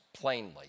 plainly